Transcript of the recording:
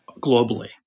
globally